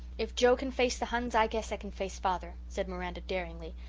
if joe can face the huns i guess i can face father, said miranda daringly.